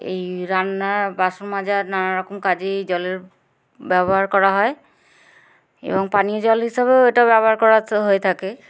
এই রান্না বাসন মাজার নানারকম কাজেই জলের ব্যবহার করা হয় এবং পানীয় জল হিসাবেও এটা ব্যবহার করা হয়ে থাকে